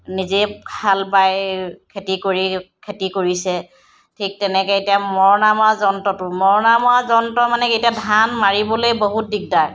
নিজেই হাল বাই খেতি কৰি খেতি কৰিছে ঠিক তেনেকৈ এতিয়া মৰণা মৰা যন্ত্ৰটো মৰণা মৰা যন্ত্ৰ মানে কি এতিয়া ধান মাৰিবলেই বহুত দিগদাৰ